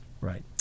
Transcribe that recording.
Right